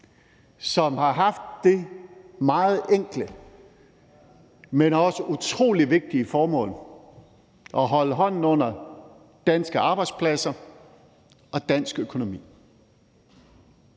som har haft det meget enkle, men også utrolig vigtige formål, nemlig at holde hånden under danske arbejdspladser og dansk økonomi.